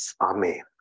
Amen